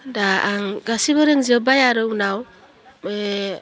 दा आं गासिबो रोंजोबबाय आरो उनाव बे